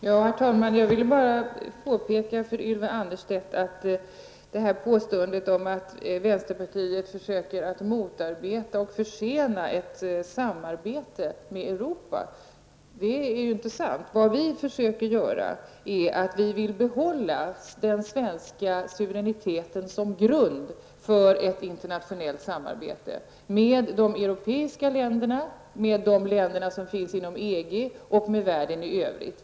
Herr talman! Jag vill bara påpeka för Ylva Annerstedt att påståendet om att vänsterpartiet försöker motarbeta och försena ett samarbete med Europa inte är sant. Vad vi vill är att behålla den svenska suveräniteten som grund för ett internationellt samarbete med de europeiska länderna, med de länder som tillhör EG och med världen i övrigt.